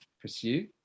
pursue